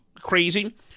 crazy